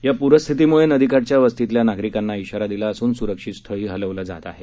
या पूरस्थितीमुळे नदिकाठच्या वस्तीतल्या नागरिकांना ध्वारा दिला असून सुरक्षित स्थळी हलवलं जात आहे